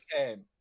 Okay